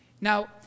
Now